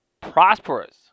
prosperous